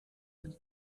und